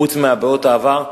חוץ מבעיות העבר,